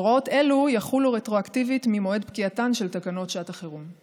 הוראות אלו יחולו רטרואקטיבית ממועד פקיעתן של תקנות שעת החירום.